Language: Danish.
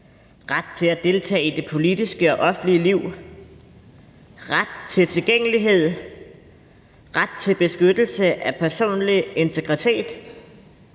ret til at deltage i det politiske og offentlige liv, ret til tilgængelighed, ret til beskyttelse af den personlige integritet,